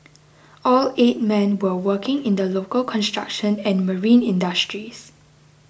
all eight men were working in the local construction and marine industries